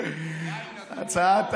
הצעת